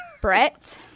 Brett